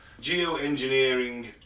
Geoengineering